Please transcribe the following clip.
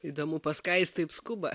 įdomu pas ką jis taip skuba